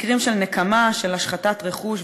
מקרים של נקמה, של השחתת רכוש וביזה.